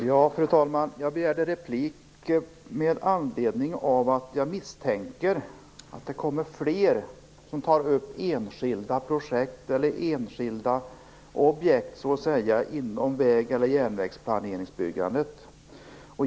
Fru talman! Jag begärde replik med anledning av att jag misstänker att det kommer fler som tar upp enskilda projekt eller enskilda objekt inom väg eller järnvägsplaneringen.